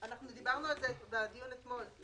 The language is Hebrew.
אנחנו דיברנו על זה בדיון אתמול.